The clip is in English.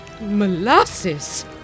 molasses